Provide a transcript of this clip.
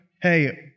hey